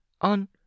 On